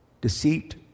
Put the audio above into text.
Deceit